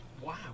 Wow